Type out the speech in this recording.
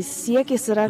siekis yra